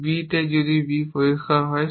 b এ যদি b পরিষ্কার হয়